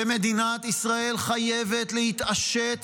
ומדינת ישראל חייבת להתעשת